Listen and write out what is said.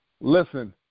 listen